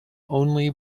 only